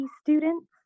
students